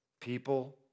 People